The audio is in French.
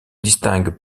distinguent